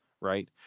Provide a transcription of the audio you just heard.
right